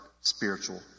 spiritual